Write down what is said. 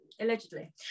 allegedly